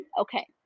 Okay